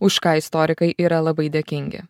už ką istorikai yra labai dėkingi